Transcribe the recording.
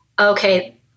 okay